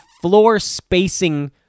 floor-spacing